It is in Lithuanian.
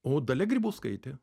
o dalia grybauskaitė